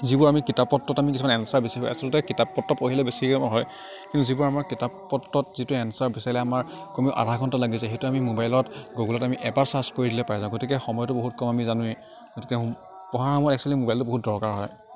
যিবোৰ আমি কিতাপ পত্ৰত আমি কিছুমান এঞ্চাৰ বিচাৰিব আচলতে কিতাপ পত্ৰ পঢ়িলে বেছি কামৰ হয় কিন্তু যিবোৰ আমাৰ কিতাপ পত্ৰত যিটো এঞ্চাৰ বিচাৰিলে আমাৰ কমেও আধা ঘণ্টা লাগি যায় সেইটো আমি মোবাইলত গুগুলত আমি এবাৰ চাৰ্জ কৰি দিলে পাই যাওঁ গতিকে সময়টো বহুত কম আমি জানোৱেই গতিকে পঢ়াৰ সময়ত একচুৱেলী মোবাইলটো বহুত দৰকাৰ হয়